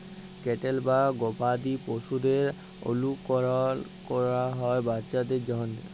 cattle বা গবাদি পশুদের অলুকরল ক্যরা হ্যয় বাচ্চার জ্যনহে